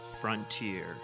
frontier